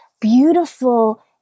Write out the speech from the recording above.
beautiful